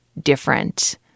different